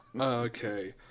Okay